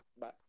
Bye